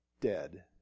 dead